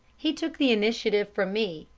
he took the initiative from me,